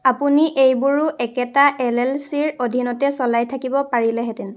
অপুনি এইবোৰো একেটা এল এল চি ৰ অধীনতে চলাই থাকিব পাৰিলেহেঁতেন